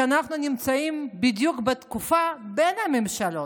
כשאנחנו נמצאים בדיוק בתקופה בין הממשלות?